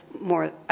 more